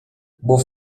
buca